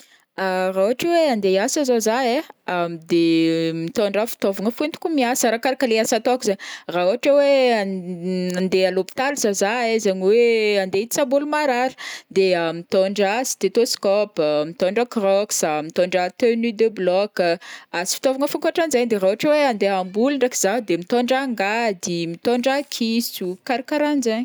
Ah raha ohatra hoe andeha hiasa zao zah ai, de mitondra fitaovagna fihoentiko miasa, arakarakan' le asa ataoko zaigny, raha ohatra hoe andeha à l'hôpital zao zah ai, izaign hoe andeha hitsabo ôlo marary, de ah mitondra stéthoscope, mitondra crocks, mitondra tenue de bloc, sy fitaovagna hafa ankoatran'jaigny, raha ohatra hoe andeha hamboly ndraiky Zaho de mitondra angady, mitondra kiso, karakarah'anjaigny.